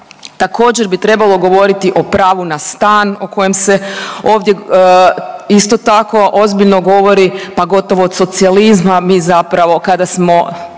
također bi trebalo govoriti o pravu na stan o kojem se ovdje isto tako ozbiljno govori, pa gotovo od socijalizma mi zapravo kada smo